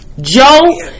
Joe